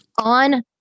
on